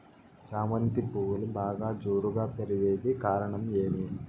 చామంతి పువ్వులు బాగా జోరుగా పెరిగేకి కారణం ఏమి?